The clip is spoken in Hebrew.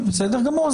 בסדר גמור.